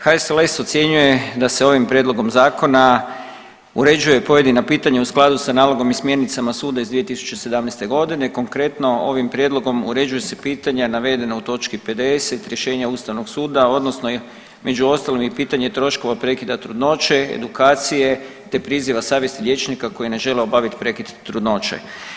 HSLS ocjenjuje da se ovim prijedlogom Zakona uređuje pojedino pitanje u skladu sa nalogom i smjernicama suda iz 2017. g., konkretno, ovim prijedlogom uređuje se pitanja navedena u točki 50. rješenja Ustavnog suda, odnosno među ostalim i pitanje troškova prekida trudnoće, edukacije te priziva savjesti liječnika koji ne žele obaviti prekid trudnoće.